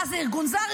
מה זה ארגון זר?